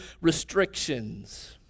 restrictions